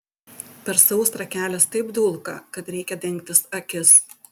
per sausrą kelias taip dulka kad reikia dengtis akis